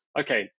Okay